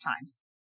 times